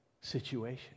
situation